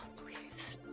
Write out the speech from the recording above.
please.